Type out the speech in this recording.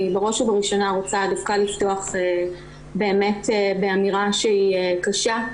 אני בראש ובראשונה רוצה דווקא לפתוח באמירה שהיא קשה,